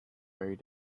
very